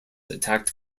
attacked